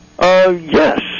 Yes